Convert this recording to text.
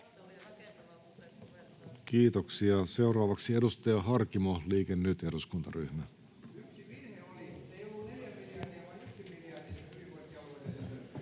Kiitoksia. — Seuraavaksi edustaja Harkimo, Liike Nyt -eduskuntaryhmä.